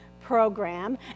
program